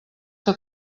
que